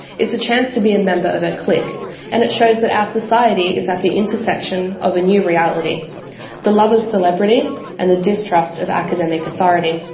it's a chance to be a member of her clique and it shows that our society is at the intersection of a new reality the love of celebrity and the distrust of academic authority.